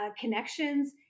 connections